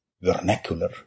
vernacular